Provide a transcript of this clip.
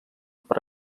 per